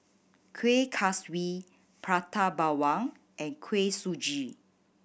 Kueh Kaswi Prata Bawang and Kuih Suji